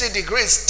degrees